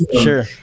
sure